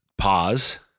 pause